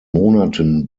monaten